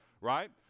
right